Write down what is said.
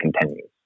continues